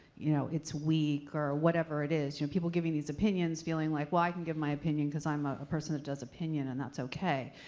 you know, it's weak or whatever it is. you know, people giving these opinions feeling like, well, i can give my opinion because i'm a person who does opinion and that's okay.